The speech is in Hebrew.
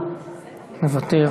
מוותר,